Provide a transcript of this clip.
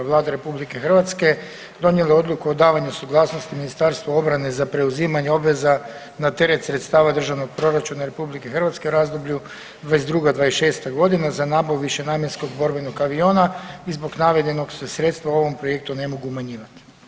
Vlada RH je donijela odluku o davanju suglasnosti Ministarstvu obrane za preuzimanje obveza na teret sredstava Državnog proračuna RH u razdoblju 2022.-2026. za nabavu višenamjenskog borbenog aviona i zbog navedenog se sredstva u ovom projektu ne mogu umanjivati.